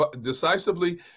decisively